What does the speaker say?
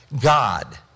God